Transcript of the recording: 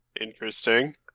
Interesting